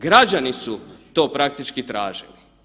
Građani su to praktički tražili.